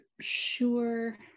sure